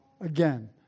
again